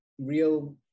real